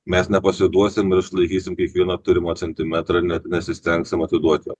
mes nepasiduosim ir išlaikysim kiekvieną turimą centimetrą net nesistengsim atiduot jo